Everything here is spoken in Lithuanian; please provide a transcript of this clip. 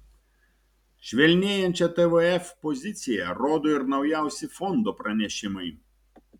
švelnėjančią tvf poziciją rodo ir naujausi fondo pranešimai